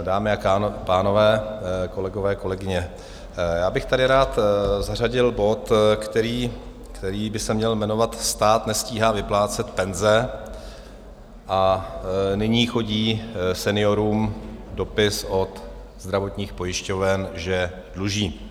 Dámy a pánové, kolegové, kolegyně, já bych tady rád zařadil bod, který by se měl jmenovat Stát nestíhá vyplácet penze a nyní chodí seniorům dopis od zdravotních pojišťoven, že dluží.